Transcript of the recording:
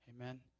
Amen